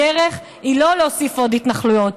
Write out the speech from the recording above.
הדרך היא לא להוסיף עוד התנחלויות.